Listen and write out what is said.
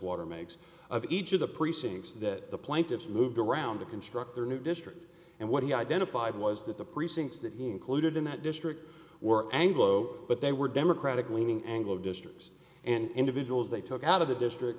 water makes of each of the precincts that the plaintiffs moved around to construct their new district and what he identified was that the precincts that he included in that district were anglo but they were democratic leaning anglo districts and individuals they took out of the district